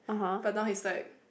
but now he's like